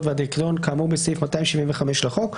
והדירקטוריון כאמור בסעיף 275 לחוק,